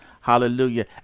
Hallelujah